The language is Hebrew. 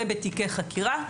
זה בתיקי חקירה.